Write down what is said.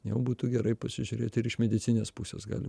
jau būtų gerai pasižiūrėt ir iš medicininės pusės gali